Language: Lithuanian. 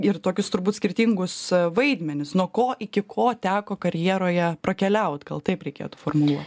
ir tokius turbūt skirtingus vaidmenis nuo ko iki ko teko karjeroje prakeliaut gal taip reikėtų formuluot